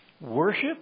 Worship